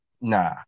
nah